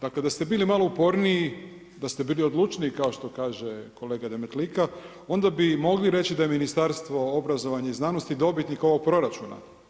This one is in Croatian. Dakle da ste bili malo uporniji, da ste bili odlučniji kao što kaže kolega Demetlika, onda bi i mogli reći da je Ministarstvo obrazovanja i znanosti dobitnik ovog proračuna.